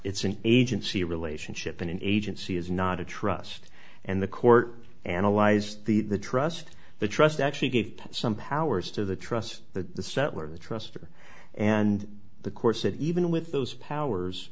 it's an agency relationship and an agency is not a trust and the court analyzed the trust the trust actually gave some powers to the trust that the settler the trust or and the corset even with those powers